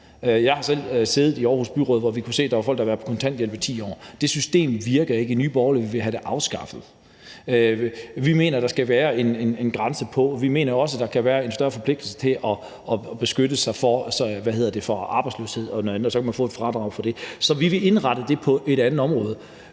Jeg har selv siddet i Aarhus Byråd, hvor vi kunne se, at der var folk, der havde været på kontanthjælp i 10 år. Det system virker ikke. I Nye Borgerlige vil vi have det afskaffet. Vi mener, der skal være en grænse der. Vi mener også, at der skal være en større forpligtelse til at beskytte sig mod arbejdsløshed og andet; man kunne så få et fradrag der. Så vi vil indrette det på en anden måde.